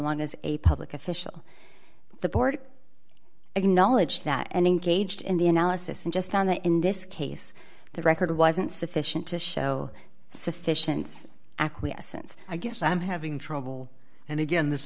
long as a public official the board acknowledged that and engaged in the analysis and just on the in this case the record wasn't sufficient to show sufficient acquiescence i guess i'm having trouble and again this